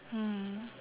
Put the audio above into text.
mm